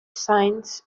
sainz